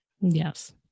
Yes